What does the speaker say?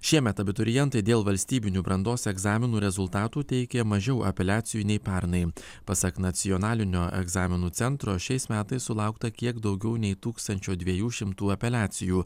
šiemet abiturientai dėl valstybinių brandos egzaminų rezultatų teikė mažiau apeliacijų nei pernai pasak nacionalinio egzaminų centro šiais metais sulaukta kiek daugiau nei tūkstančio dviejų šimtų apeliacijų